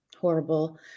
horrible